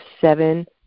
seven